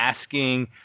asking